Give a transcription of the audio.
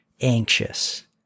anxious